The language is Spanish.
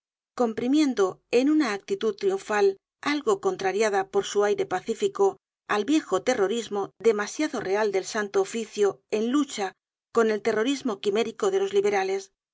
comprimiendo en una actitud triunfal algo contrariada por su aire pacifico al viejo terrorismo demasiado real del santo oficio en lucha con el terrorismo quimérico de los liberales los